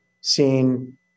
seen